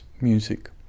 music